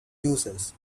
juices